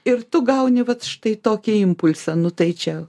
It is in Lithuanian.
ir tu gauni vat štai tokį impulsą nu tai čia